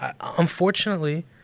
unfortunately